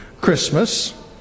Christmas